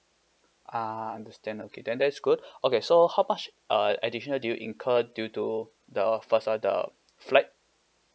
ah understand okay then that is good okay so how much uh additional did you incur due to the first one the flight